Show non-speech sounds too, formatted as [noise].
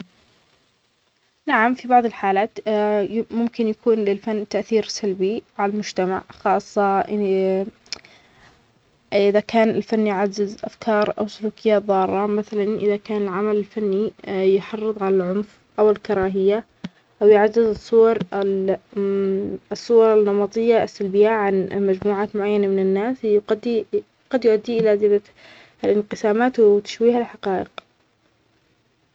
نعم، في بعض الحالات، [hesitation] ممكن أن يكون للفن تأثير سلبي على المجتمع، خاصة [hesitation] إذا كان الفن يعزز أفكار أو سلوكيات ضارة، مثلاً إذا كان العمل الفني يحرض على العنف أو الكراهية، أو يعززالصور- الصور ال [hesitation] النمطية السلبية عن مجموعات معينة من الناس، يقضي-قد يأتي إلى زيادة الإنقسامات وتشويه الحقائق